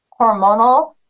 hormonal